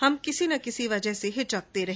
हम किसी न किसी वजह से हिचकते रहे